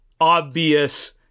obvious